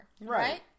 Right